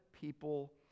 people